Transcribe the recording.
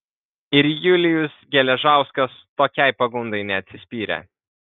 ir julius geležauskas tokiai pagundai neatsispyrė